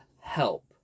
Help